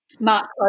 Mark